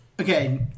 Okay